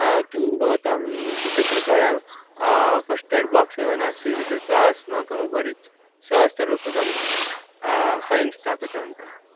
किं भवतां द्विचक्रिकायां फ़स्ट् एड् बाक्स् एव नास्ति इति कृत्वा अस्माकमुपरि सहस्ररूप्यकं फ़ैन् स्थापितवन्तः